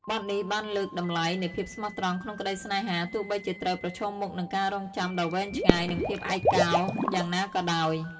បទនេះបានលើកតម្លៃនៃភាពស្មោះត្រង់ក្នុងក្តីស្នេហា ទោះបីជាត្រូវប្រឈមមុខនឹងការរង់ចាំដ៏វែងឆ្ងាយ និងភាពឯកោយ៉ាងណាក៏ដោយ។